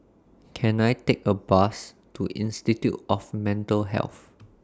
Can I Take A Bus to Institute of Mental Health